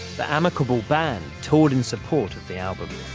the amicable band toured in support of the album.